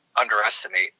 underestimate